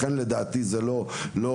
לכן לדעתי זה לא פרח.